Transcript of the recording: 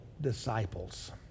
disciples